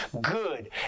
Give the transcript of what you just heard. good